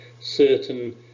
certain